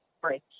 break